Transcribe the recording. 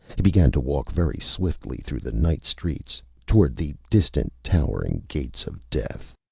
he began to walk very swiftly through the night streets, toward the distant, towering gates of death.